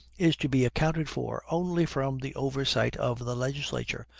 is to be accounted for only from the oversight of the legislature,